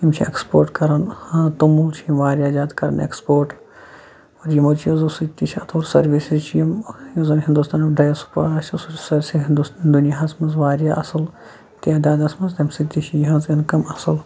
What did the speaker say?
یِم چھِ ایٚکٕسپورٹ کَران ٲں توٚمُل چھِ یِم واریاہ زیادٕ کَران ایٚکٕسپورٹ اور یِمو چیٖزو سۭتۍ تہِ چھِ اتھ اور سٔروِسِز چھِ یِم یُس زَن ہنٛدوستانُک آسہِ سُہ چھُ سٲرسٕے ہنٛدوس دُنیاہَس مَنٛز واریاہ اصٕل تعدادَس مَنٛز تَمہِ سۭتۍ تہِ چھِ یِہنٛز اِنکَم اصٕل